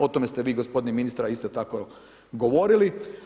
O tome ste vi gospodine ministre, isto tako govorili.